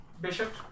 Bishop